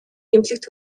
эмнэлэгт